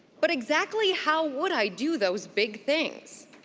but exactly how would i do those big things?